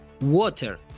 water